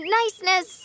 niceness